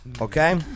Okay